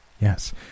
Yes